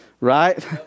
Right